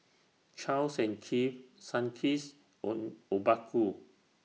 Charles and Keith Sunkist and Obaku